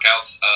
workouts